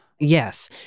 Yes